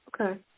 Okay